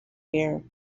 here